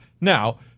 Now